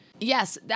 Yes